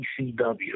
ECW